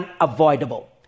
unavoidable